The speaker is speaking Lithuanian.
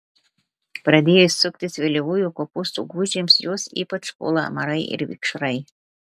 pradėjus suktis vėlyvųjų kopūstų gūžėms juos ypač puola amarai ir vikšrai